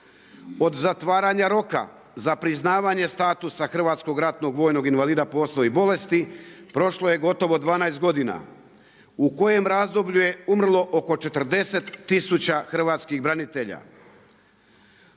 Kod zatvaranja roka, za priznavanje status hrvatskog ratnog vojnog invalida, postoji bolesti, prošlo je gotovo 12 godina, u kojem razdoblju je umrlo oko 40000 hrvatskih branitelja.